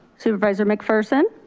supervisor mcpherson.